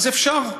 אז אפשר.